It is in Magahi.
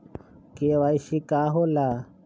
के.वाई.सी का होला?